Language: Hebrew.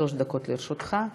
שלוש דקות לרשותך.